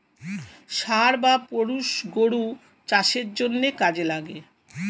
ষাঁড় বা পুরুষ গরু চাষের জন্যে কাজে লাগে